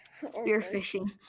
Spearfishing